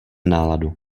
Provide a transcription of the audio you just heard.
náladu